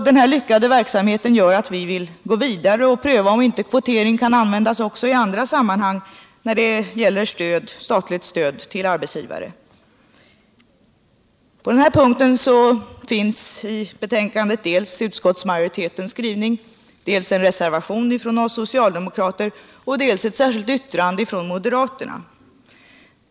Denna lyckade verksamhet gör att vi vill gå vidare och pröva om inte kvoteringsmetoden kan användas också i andra sammanhang när det gäller statligt stöd till arbetsgivare. På den här punkten finns i betänkandet dels utskottsmajoritetens skrivning, dels en reservation från socialdemokraterna, dels ock ett särskilt yttrande från moderaterna.